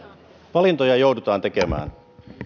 valintoja joudutaan tekemään